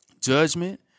judgment